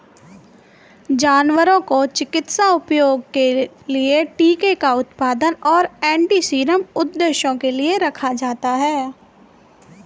जानवरों को चिकित्सा उपयोग के लिए टीके का उत्पादन और एंटीसीरम उद्देश्यों के लिए रखा जाता है